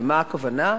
למה הכוונה?